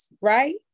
right